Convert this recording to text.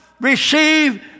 receive